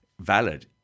valid